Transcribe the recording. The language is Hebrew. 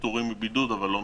עבורם.